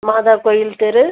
மாதா கோயில் தெரு